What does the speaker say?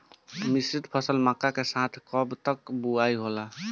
मिश्रित फसल मक्का के साथ कब तक बुआई होला?